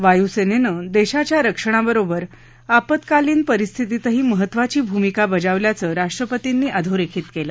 वायूसेनेनं देशाच्या रक्षणाबरोबर आपतकालीन परिस्थितीतही महत्वाची भूमिका बजावल्याचं राष्ट्रपतीनी अधोरेखीत केलं